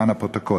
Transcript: למען הפרוטוקול.